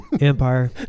Empire